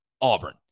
Auburn